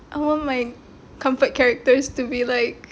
I want my comfort characters to be like